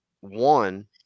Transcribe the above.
one